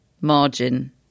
margin